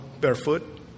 barefoot